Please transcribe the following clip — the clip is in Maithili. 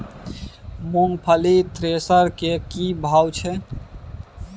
मूंगफली थ्रेसर के की भाव छै?